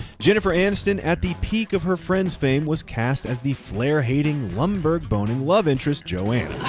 jennifer aniston at the peak of her friends fame was cast as the flair-hating, lumbergh boning love interest, joanne.